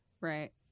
Right